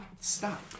stop